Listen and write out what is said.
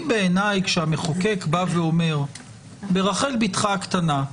בעיניי, כשהמחוקק בא ואומר ברחל בתך הקטנה,